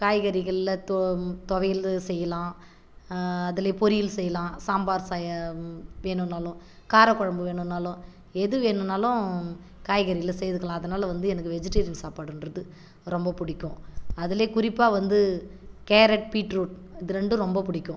காய்கறிகளில் தொ தொவையல் செய்யலாம் அதுலையே பொரியல் செய்யலாம் சாம்பார் சா வேணுனாலும் கார குழம்பு வேணுனாலும் எது வேணுனாலும் காய்கறியில செய்துக்கலாம் அதனால் வந்து எனக்கு வெஜ்டேரியன் சாப்பாடுன்றது ரொம்ப பிடிக்கும் அதுலையே குறிப்பாக வந்து கேரட் பீட்ருட் இது ரெண்டும் ரொம்ப பிடிக்கும்